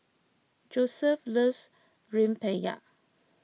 Joesph loves Rempeyek